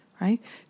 right